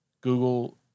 Google